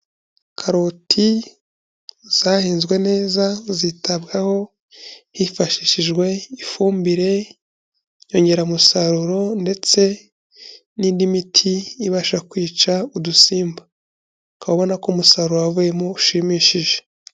Karoti zahinzwe neza zitabwaho hifashishijwe ifumbire, inyongeramusaruro ndetse n'indi miti ibasha kwica udusimba. Ukaba ubona ko umusaruro wavuyemo ushimishije.